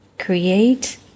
Create